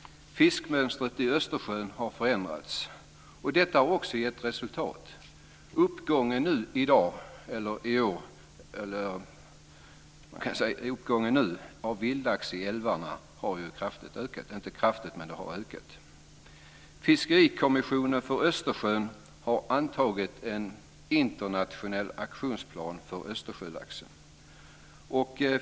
Fiskmönstret i Östersjön har förändrats. Detta har också gett resultat. Vildlaxen i älvarna har nu ökat. Fiskerikommissionen för Östersjön har antagit en internationell aktionsplan för Östersjölaxen.